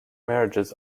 marriages